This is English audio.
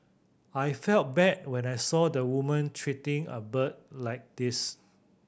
I felt bad when I saw the woman treating a bird like this